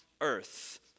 earth